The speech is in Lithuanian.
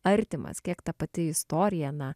artimas kiek ta pati istorija na